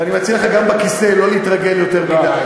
ואני מציע לך גם לכיסא לא להתרגל יותר מדי.